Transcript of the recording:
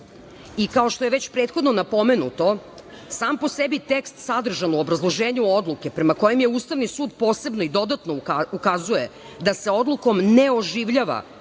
što je već prethodno napomenuto, sam po sebi tekst sadržan u obrazloženju odluke, prema kojoj Ustavni sud posebno i dodatno ukazuje da se odlukom ne oživljava